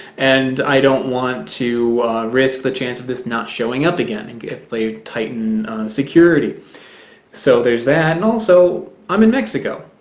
and i don't want to risk, the chance of this not showing up again and give they tighten security so there's that and also i'm in mexico